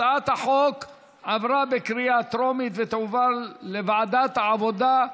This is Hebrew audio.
הצעת החוק עברה בקריאה טרומית ותועבר לוועדת העבודה,